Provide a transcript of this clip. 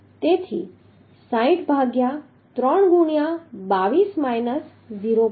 તેથી 60 ભાગ્યા 3 ગુણ્યા 22 માઈનસ 0